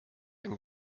ein